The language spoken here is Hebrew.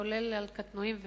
כולל על קטנועים וטרקטורונים.